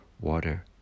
Water